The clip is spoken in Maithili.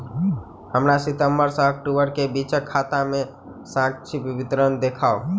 हमरा सितम्बर सँ अक्टूबर केँ बीचक खाता केँ संक्षिप्त विवरण देखाऊ?